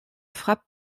frappe